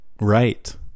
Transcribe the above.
right